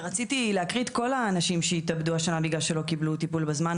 ורציתי להקריא את כל האנשים שהתאבדו השנה בגלל שלא קיבלו טיפול בזמן,